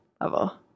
level